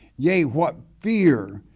yea, what fear,